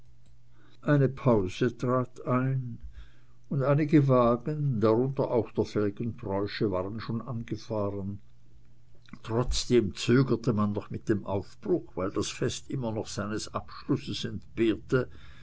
eine pause trat ein und einige wagen darunter auch der felgentreusche waren schon angefahren trotzdem zögerte man noch mit dem aufbruch weil das fest immer noch seines abschlusses entbehrte